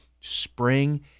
Spring